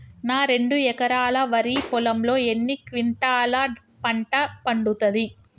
నా రెండు ఎకరాల వరి పొలంలో ఎన్ని క్వింటాలా పంట పండుతది?